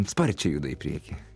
sparčiai juda į priekį